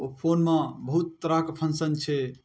ओहि फोनमे बहुत तरहके फँक्शन छै